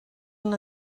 una